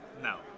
No